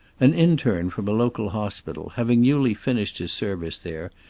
an interne from a local hospital, having newly finished his service there,